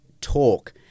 talk